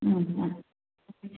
മ്മ് ആ